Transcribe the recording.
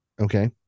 Okay